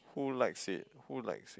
who likes it who likes it